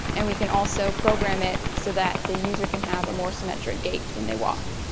and we can also program it so that the user can have a more symmetric gait when they walk.